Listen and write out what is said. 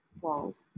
world